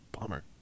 Bummer